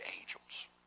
angels